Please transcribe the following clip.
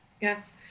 Yes